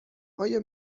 آیا